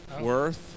Worth